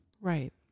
Right